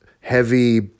heavy